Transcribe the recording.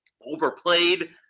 overplayed